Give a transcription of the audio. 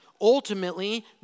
Ultimately